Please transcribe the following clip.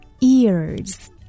ears